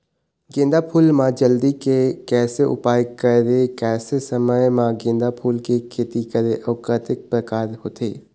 गेंदा फूल मा जल्दी के कैसे उपाय करें कैसे समय मा गेंदा फूल के खेती करें अउ कतेक प्रकार होथे?